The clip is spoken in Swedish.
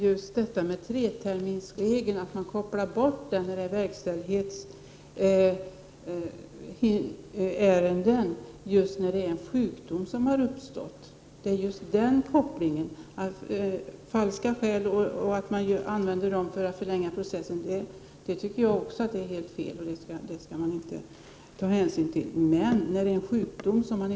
Inom kort lär beslut tas om vilket gruvföretag som kommer att få exploatera gruvfyndigheten Pahtohavare i Norrbotten. Enligt vissa pressuppgifter är det två utländska företag som är mest aktuella intressenter. Vpk har ständigt motsatt sig att gruvor och andra viktiga nationaltillgångar ställs under utländskt ägande och inflytande.